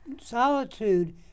solitude